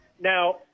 Now